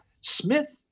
Smith